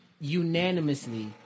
unanimously